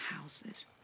houses